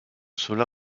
cela